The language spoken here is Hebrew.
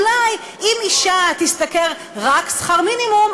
אולי אם אישה תשתכר רק שכר מינימום,